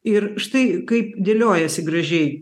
ir štai kaip dėliojasi gražiai